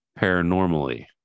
paranormally